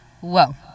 whoa